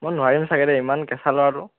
মই নোৱাৰিম চাগে ইমান কেঁচা ল'ৰাটো